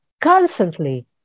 constantly